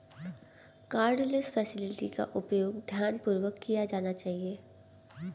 cardless facility का उपयोग ध्यानपूर्वक किया जाना चाहिए